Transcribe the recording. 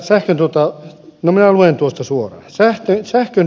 no minä luen tuosta suoraan